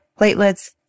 platelets